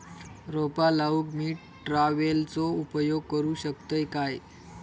रोपा लाऊक मी ट्रावेलचो उपयोग करू शकतय काय?